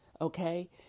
Okay